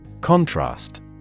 Contrast